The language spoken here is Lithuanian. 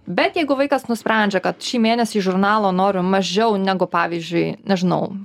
bet jeigu vaikas nusprendžia kad šį mėnesį žurnalo noriu mažiau negu pavyzdžiui nežinau